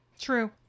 true